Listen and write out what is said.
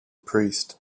priest